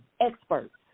experts